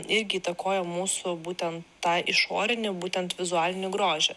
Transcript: irgi įtakoja mūsų būtent tą išorinį būtent vizualinį grožį